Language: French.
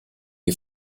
est